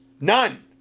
None